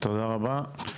תודה רבה.